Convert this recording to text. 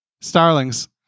Starlings